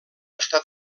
està